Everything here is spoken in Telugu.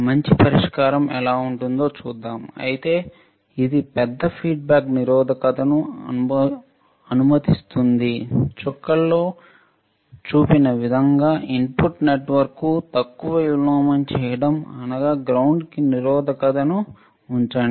మంచి పరిష్కారం ఎలా ఉంటుందో చూద్దాం అయితే ఇది పెద్ద ఫీడ్బ్యాక్ నిరోధకతను అనుమతిస్తుంది చుక్కల్లో చూపిన విధంగా ఇన్పుట్ నెట్వర్క్ ను తక్కువ విలోమం చేయడం అనగా గ్రౌండ్కి నిరోధకతను ఉంచండి